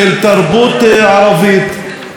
של תרבות ערבית.